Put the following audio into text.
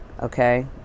okay